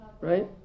Right